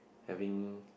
having